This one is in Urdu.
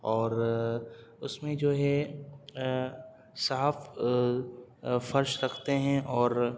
اور اس میں جو ہے صاف فرش رکھتے ہیں اور